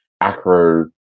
acro